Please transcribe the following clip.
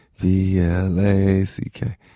B-L-A-C-K